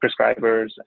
prescribers